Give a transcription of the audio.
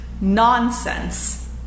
nonsense